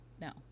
No